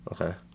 okay